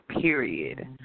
period